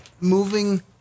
moving